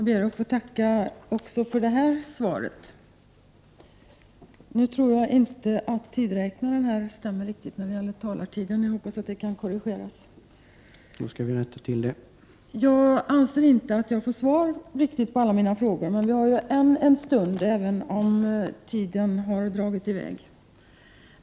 Herr talman! Jag ber att få tacka också för detta svar. Jag anser inte att jag fått svar på alla mina frågor, men vi har ännu en stund att diskutera, även om tiden har runnit i väg.